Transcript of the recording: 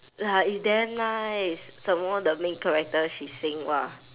ya it's damn nice some more the main character she sing !wah!